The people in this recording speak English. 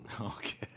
Okay